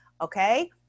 okay